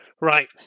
Right